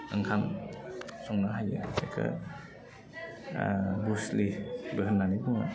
ओंखाम संनो हायो बेखोौ बुस्लिबो होन्नानै बुङो